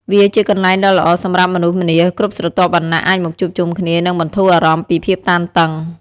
វាជាកន្លែងដ៏ល្អសម្រាប់មនុស្សម្នាគ្រប់ស្រទាប់វណ្ណៈអាចមកជួបជុំគ្នា និងបន្ធូរអារម្មណ៍ពីភាពតានតឹង។